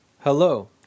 Hello